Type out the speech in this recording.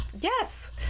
Yes